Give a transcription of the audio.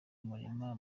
umurima